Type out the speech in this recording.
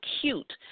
cute